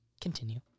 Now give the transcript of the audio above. Continue